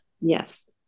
Yes